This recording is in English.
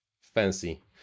fancy